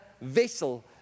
vessel